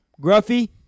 Gruffy